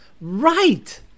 Right